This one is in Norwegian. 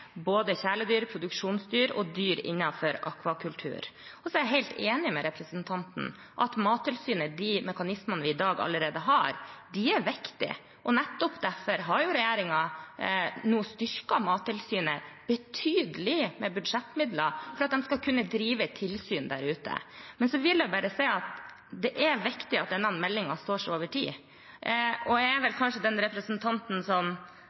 både kjæledyr, produksjonsdyr og dyr innenfor akvakultur. Jeg er helt enig med representanten i at Mattilsynet og de andre mekanismene vi allerede har, er viktige. Nettopp derfor har regjeringen nå styrket Mattilsynet betydelig med budsjettmidler, for at de skal kunne drive tilsyn der ute. Men det er viktig at den meldingen står seg over tid. Jeg, som kommer fra et gårdsbruk selv, er vel kanskje den statsråden som